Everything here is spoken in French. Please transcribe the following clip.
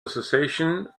association